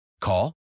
Call